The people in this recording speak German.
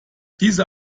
diese